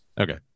Okay